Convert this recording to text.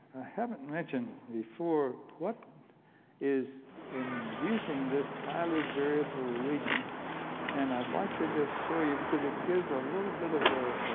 i haven't mentioned before what is inducing this highly variable region is and i'd like to just show you because it gives a little bit of a